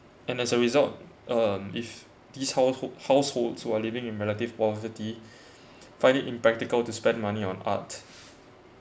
and as a result um if these household households who are living in relative poverty find it impractical to spend money on art